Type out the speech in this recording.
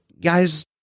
guys